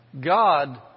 God